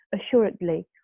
Assuredly